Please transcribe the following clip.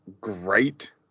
great